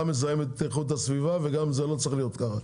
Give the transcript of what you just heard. מזהם את איכות הסביבה וגם זה לא צריך להיות ככה.